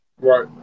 Right